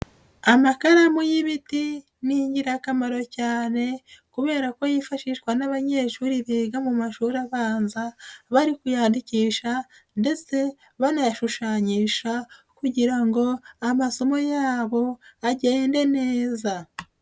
Amakaramu y'ibiti ni ingirakamaro cyane kubera ko yifashishwa n'abanyeshuri biga mu mashuri abanza, bari kuyandikisha ndetse banayashushanyisha kugira ngo amasomo yabo agende neza.